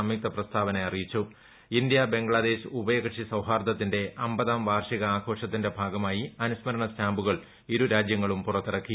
സംയുക്ത പ്രസ്താവന ഇന്ത്യ ബംഗ്ലാദേശ് ഉഭയകക്ഷി സൌഹാർദ്ദത്തിന്റെ അമ്പതാം വാർഷിക ആഘോഷത്തിന്റെ ഭാഗമായി അനുസ്മരണ സ്റ്റാമ്പുകൾ ഇരുരാജ്യങ്ങളും പുറത്തിറക്കി